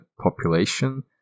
population